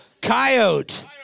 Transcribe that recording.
Coyote